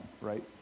right